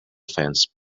fence